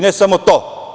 Ne samo to.